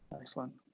Excellent